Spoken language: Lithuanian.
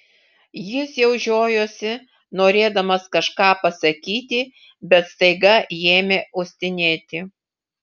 jis jau žiojosi norėdamas kažką pasakyti bet staiga ėmė uostinėti